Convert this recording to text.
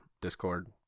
Discord